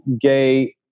Gay